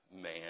man